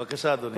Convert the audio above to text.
בבקשה, אדוני.